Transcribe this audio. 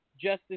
Justice